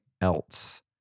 else